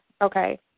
Okay